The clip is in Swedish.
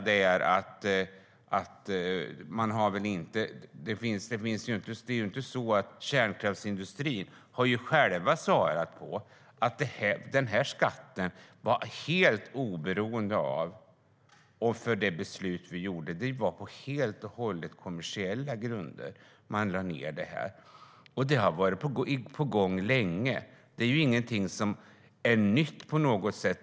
Det andra är att kärnkraftsindustrin själv har sagt att beslutet man tog inte berodde på den här skatten. Det var helt och hållet på kommersiella grunder som man lade ned det här. Det har varit på gång länge. Det är ingenting som är nytt.